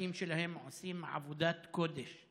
שהצוותים שלהם עושים עבודת קודש.